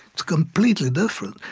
it's completely different.